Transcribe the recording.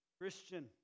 Christian